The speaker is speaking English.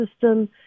system